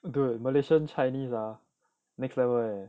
对 malaysian chinese ah next level eh